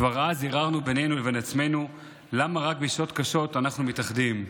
כבר אז הרהרנו בינינו לבין עצמנו למה רק בשעות קשות אנחנו מתאחדים.